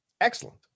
Excellent